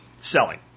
selling